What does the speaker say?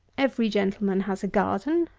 every gentleman has a garden.